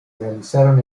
realizaron